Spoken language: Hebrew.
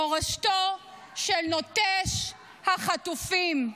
מורשתו של נוטש החטופים,